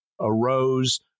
arose